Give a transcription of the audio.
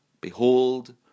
Behold